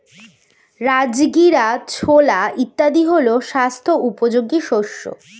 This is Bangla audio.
রাজগীরা, ছোলা ইত্যাদি হল স্বাস্থ্য উপযোগী শস্য